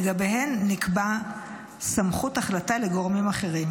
שלגביהם נקבעה סמכות החלטה לגורמים אחרים.